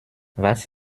was